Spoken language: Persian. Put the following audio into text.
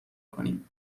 کنیم